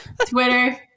Twitter